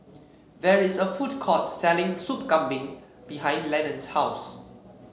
there is a food court selling Soup Kambing behind Lenon's house